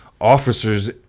officers